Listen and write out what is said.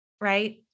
right